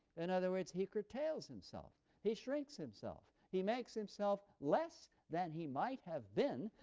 in other words, he curtails himself he shrinks himself he makes himself less than he might have been,